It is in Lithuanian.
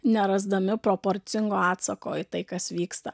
nerasdami proporcingo atsako į tai kas vyksta